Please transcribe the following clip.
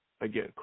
again